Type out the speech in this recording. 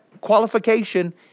qualification